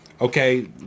okay